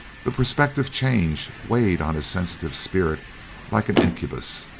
the prospective change weighed on his sensitive spirits like an incubus.